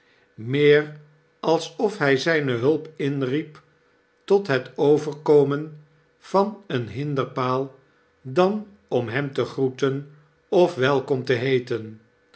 meer alsof hy zpe hulp inriep tot het overkomen van een hinderpaal dan om hem te groeten of welkom te heeten